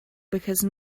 because